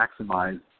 maximize